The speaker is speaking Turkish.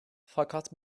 fakat